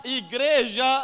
igreja